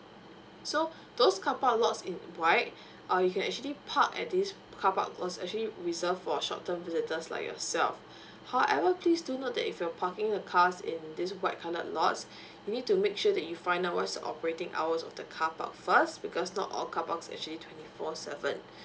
so those car park lots in white uh you can actually park at this car park was actually reserve for a short term visitors like yourself however please do note that if you're parking your cars in this white coloured lots you need to make sure that you find out what's the operating hours of the car pack first because not all car parks actually twenty four seven